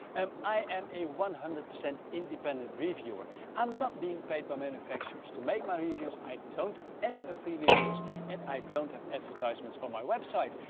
um i am a one hundred percent independent reviewer i'm not being paid by manufacturers to make my reviews, i don't have any affiliate deals and i don't have advertisements on my website.